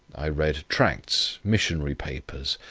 i read tracts, missionary papers,